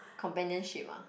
companionship ah